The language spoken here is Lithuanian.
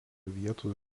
vietos